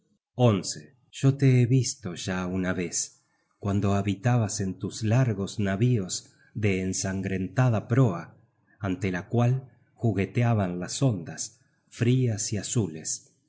oportunos yo te he visto ya una vez cuando habitabas en tus largos navíos de ensangrentada proa ante la cual jugueteaban las ondas frias y azules